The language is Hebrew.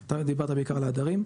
אתה דיברת בעיקר על ההדרים.